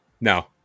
No